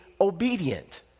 obedient